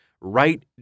right